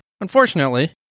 unfortunately